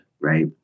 Right